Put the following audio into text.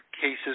cases